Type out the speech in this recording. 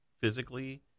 physically